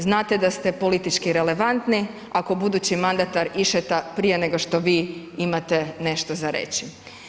Znate da ste politički relevantni ako budući mandatar išeta prije nego što vi imate nešto za reći.